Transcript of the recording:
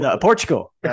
Portugal